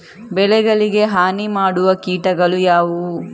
ಬೆಳೆಗಳಿಗೆ ಹಾನಿ ಮಾಡುವ ಕೀಟಗಳು ಯಾವುವು?